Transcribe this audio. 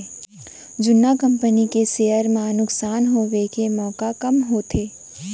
जुन्ना कंपनी के सेयर म नुकसान होए के मउका कम होथे